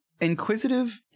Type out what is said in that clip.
Inquisitive